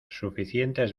suficientes